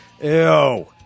Ew